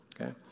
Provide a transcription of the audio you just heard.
okay